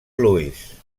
lewis